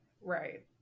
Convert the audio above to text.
Right